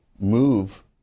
move